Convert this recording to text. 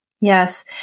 Yes